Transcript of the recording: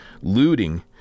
Looting